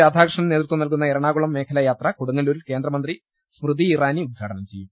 രാധാകൃഷ്ണൻ നേതൃത്വം നൽകുന്ന എറണാ കുളം മേഖലാ യാത്ര കൊടുങ്ങല്ലൂരിൽ കേന്ദ്രമന്ത്രി സ്മൃതി ഇറാനി ഉദ്ഘാടനം ചെയ്യും